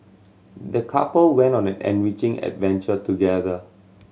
the couple went on an enriching adventure together